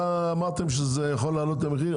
אמרתם שזה יכול לעלות את המחיר,